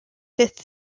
fifth